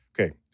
Okay